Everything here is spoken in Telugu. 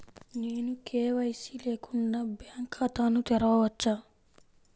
నేను కే.వై.సి లేకుండా బ్యాంక్ ఖాతాను తెరవవచ్చా?